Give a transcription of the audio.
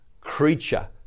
creature